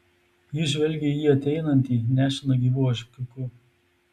ji žvelgė į jį ateinantį nešiną gyvu ožkiuku